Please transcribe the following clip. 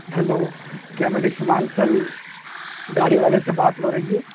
hello کیا میں رسمانسل گاڑی والے سے بات ہو رہی ہے